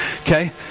okay